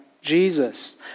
Jesus